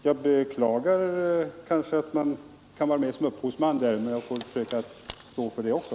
Jag beklagar kanske att jag indirekt kan räkna mig som upphovsman i detta sammanhang, men jag får försöka stå för det också.